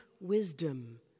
wisdom